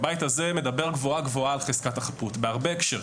הבית הזה מדבר גבוהה-גבוהה על חזקת החפות בהרבה הקשרים,